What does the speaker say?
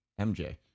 MJ